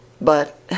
But